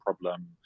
problem